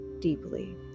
deeply